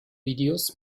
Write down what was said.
videos